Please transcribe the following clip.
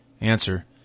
Answer